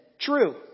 True